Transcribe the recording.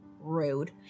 rude